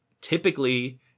typically